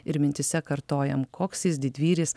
ir mintyse kartojam koks jis didvyris